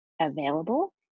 Available